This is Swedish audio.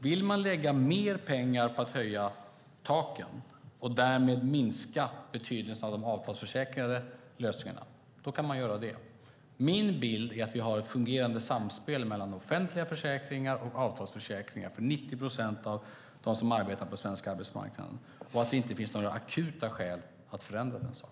Vill man lägga mer pengar på att höja taken och därmed minska betydelsen av de avtalsförsäkrade lösningarna kan man göra det. Min bild är att vi har ett fungerande samspel mellan offentliga försäkringar och avtalsförsäkringar för 90 procent av dem som arbetar på svensk arbetsmarknad och att det inte finns några akuta skäl att förändra den saken.